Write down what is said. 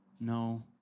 no